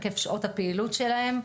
היקף שעות הפעילות שלהם,